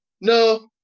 No